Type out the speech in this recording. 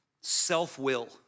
self-will